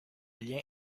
lien